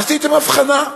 עשיתם הבחנה.